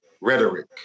rhetoric